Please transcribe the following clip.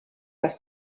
das